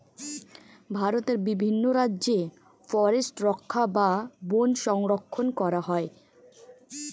ভারতের বিভিন্ন রাজ্যে ফরেস্ট রক্ষা বা বন সংরক্ষণ করা হয়